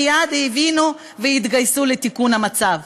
מייד הבינו והתגייסו לתיקון המצב.